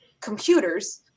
computers